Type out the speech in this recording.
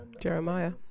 Jeremiah